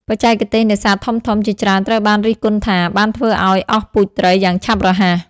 បច្ចេកទេសនេសាទធំៗជាច្រើនត្រូវបានរិះគន់ថា បានធ្វើឱ្យ អស់ពូជត្រី យ៉ាងឆាប់រហ័ស។